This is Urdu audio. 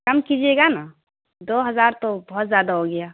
کم کیجیے گا نا دو ہزار تو بہت زیادہ ہو گیا